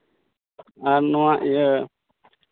ᱟᱨ ᱱᱚᱣᱟ ᱤᱭᱟᱹ